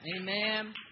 Amen